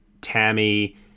Tammy